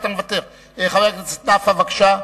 חבר הכנסת נפאע, בבקשה.